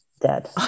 dead